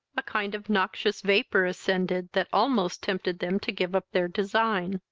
a kind of noxious vapour ascended, that almost tempted them to give up their design.